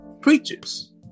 preachers